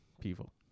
people